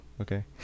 okay